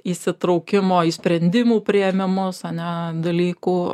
įsitraukimo į sprendimų priėmimus ane dalykų